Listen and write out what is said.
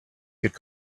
could